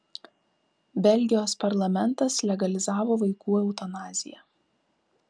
belgijos parlamentas legalizavo vaikų eutanaziją